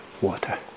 water